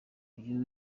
uyu